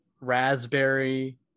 raspberry